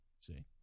see